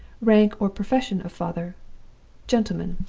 rank or profession of father' gentleman.